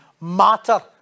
matter